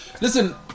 Listen